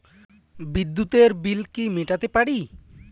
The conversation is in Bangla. বিদ্যুতের বিল কি মেটাতে পারি?